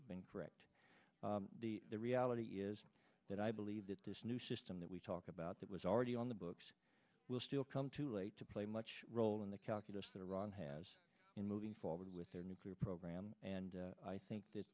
bang correct the reality is that i believe that this new system that we talk about that was already on the books will still come too late to play much role in the calculus that iran has in moving forward with their nuclear program and i think that